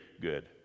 good